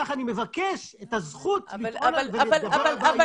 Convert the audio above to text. כך אני מבקש את הזכות לטעון על --- אבל אתה מדבר.